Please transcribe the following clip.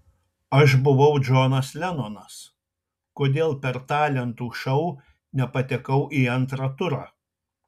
aš buvau džonas lenonas kodėl per talentų šou nepatekau į antrą turą